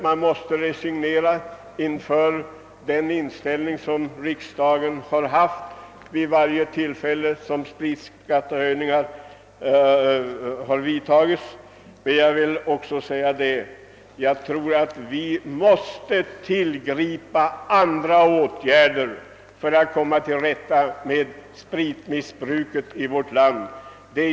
Man måste resignera inför den inställning som riksdagen har haft vid varje tillfälle då skattehöjningar på sprit har diskuterats, men jag tror att vi måste tillgripa andra åtgärder för att komma till rätta med spritmissbruket i vårt land.